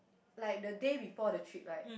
like the day before the trip right